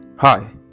hi